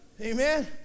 Amen